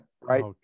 right